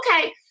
okay